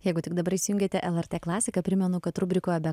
jeigu tik dabar įsijungiate lrt klasiką primenu kad rubrikoje be